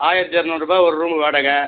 ஆயிரத்தி இருநூறுபா ஒரு ரூம் வாடகை